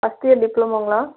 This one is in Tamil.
first year டிப்ளோமோங்களா